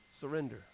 surrender